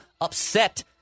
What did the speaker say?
upset